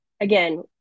again